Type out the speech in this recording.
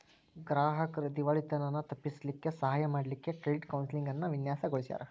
ಗ್ರಾಹಕ್ರ್ ದಿವಾಳಿತನವನ್ನ ತಪ್ಪಿಸ್ಲಿಕ್ಕೆ ಸಹಾಯ ಮಾಡ್ಲಿಕ್ಕೆ ಕ್ರೆಡಿಟ್ ಕೌನ್ಸೆಲಿಂಗ್ ಅನ್ನ ವಿನ್ಯಾಸಗೊಳಿಸ್ಯಾರ್